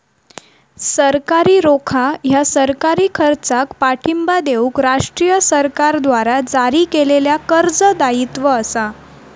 सरकारी रोखा ह्या सरकारी खर्चाक पाठिंबा देऊक राष्ट्रीय सरकारद्वारा जारी केलेल्या कर्ज दायित्व असा